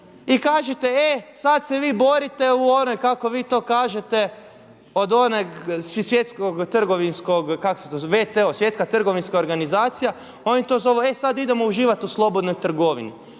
i kažete e sada se vi borite u onoj kako vi to kažete od onog svjetskog, trgovinskog, kako se to kaže WTO, Svjetska trgovinska organizacija, oni to zovu e sada idemo uživat u slobodnoj trgovini.